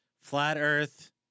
flat-earth